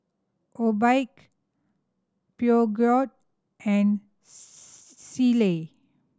Obike Peugeot and Sealy